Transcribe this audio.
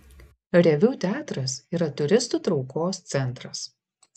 reviu teatras yra turistų traukos centras